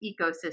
ecosystem